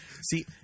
See